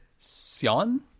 Sion